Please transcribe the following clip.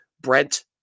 Brent